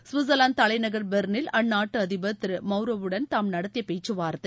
சுவிட்சர்லாந்துதலைநகர் பெர்னில் அந்நாட்டுஅதிபர் திருமவ்ரர் வுடன் தாம் நடத்தியபேச்சுவார்த்தை